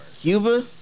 Cuba